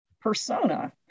persona